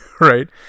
right